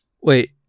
Wait